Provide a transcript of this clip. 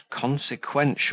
consequential